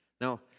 Now